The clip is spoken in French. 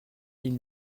ils